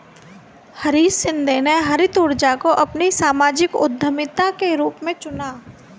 हरीश शिंदे ने हरित ऊर्जा को अपनी सामाजिक उद्यमिता के रूप में चुना है